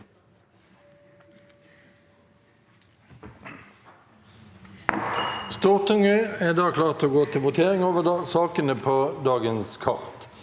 Stortinget er da klar til å gå til votering over sakene på dagens kart.